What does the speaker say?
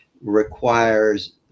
requires